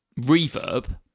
reverb